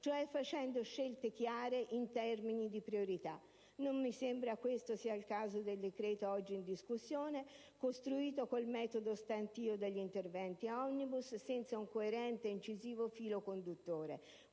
cioè facendo scelte chiare in termini di priorità. Non mi sembra sia questo il caso del decreto-legge oggi in discussione, costruito con il metodo stantio degli interventi *omnibus*, senza un coerente ed incisivo filo conduttore,